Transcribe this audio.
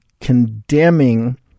condemning